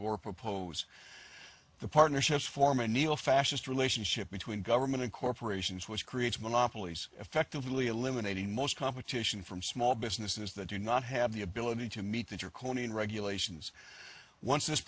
gore propose the partnerships form a neo fascist relationship between government and corporations which creates monopolies effectively eliminating most competition from small businesses that do not have the ability to meet that your conan regulations once this